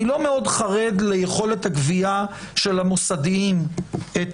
אני לא מאוד חרד ליכולת הגבייה של המוסדיים את